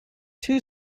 two